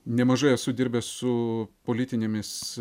nemažai esu dirbęs su politinėmis